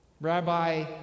Rabbi